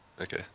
okay